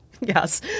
Yes